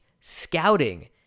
scouting